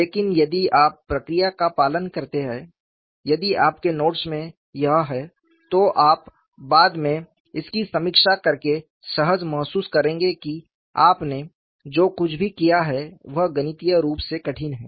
लेकिन यदि आप प्रक्रिया का पालन करते हैं यदि आपके नोट्स में यह है तो आप बाद में इसकी समीक्षा करके सहज महसूस करेंगे कि आपने जो कुछ भी किया है वह गणितीय रूप से कठिन है